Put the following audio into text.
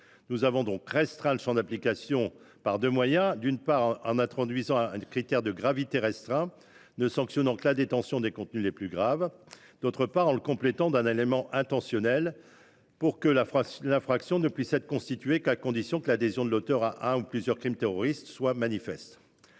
nous avons restreint le champ d’application de l’infraction par deux moyens : d’une part, en introduisant un critère de gravité restreint, en ne sanctionnant que la détention des contenus les plus graves ; d’autre part, en le complétant d’un élément intentionnel : l’infraction ne serait constituée qu’à condition que l’adhésion de l’auteur à un ou plusieurs crimes terroristes soit manifeste.